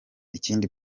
ikindi